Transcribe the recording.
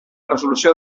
resolució